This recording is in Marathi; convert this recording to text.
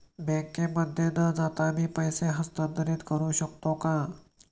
बँकेमध्ये न जाता मी पैसे हस्तांतरित करू शकतो का?